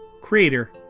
creator